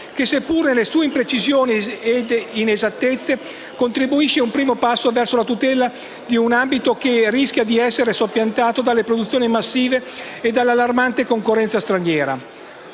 che, seppure nelle sue imprecisioni e inesattezze, costituisce un primo passo verso la tutela di un ambito che rischia di essere soppiantato dalle produzioni massive e dalla allarmante concorrenza straniera;